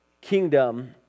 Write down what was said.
kingdom